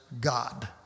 God